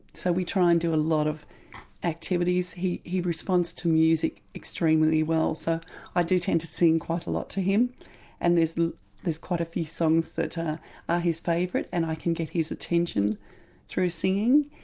so we try and do a lot of activities. he he responds to music extremely well so i do tend to sing quite a lot to him and there's there's quite a few songs that are his favourites and i can get his attention through singing.